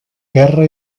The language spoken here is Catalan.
guerra